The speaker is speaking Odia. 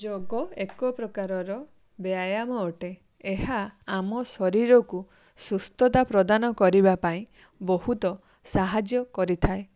ଯୋଗ ଏକପ୍ରକାରର ବ୍ୟାୟାମ ଅଟେ ଏହା ଆମ ଶରୀରକୁ ସୁସ୍ଥତା ପ୍ରଦାନ କରିବା ପାଇଁ ବହୁତ ସାହାଯ୍ୟ କରିଥାଏ